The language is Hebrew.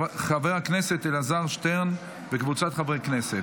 חברת הכנסת טלי גוטליב, יש לי הודעה חשובה,